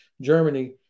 Germany